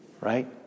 right